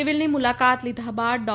સિવીલની મુલાકાત લીધા બાદ ડો